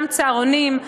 גם צהרונים,